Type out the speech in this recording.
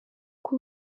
uko